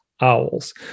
owls